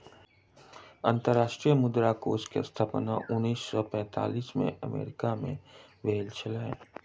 अंतर्राष्ट्रीय मुद्रा कोष के स्थापना उन्नैस सौ पैंतालीस में अमेरिका मे भेल छल